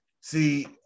see